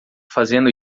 fazendo